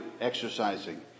exercising